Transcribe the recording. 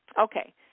Okay